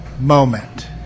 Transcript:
moment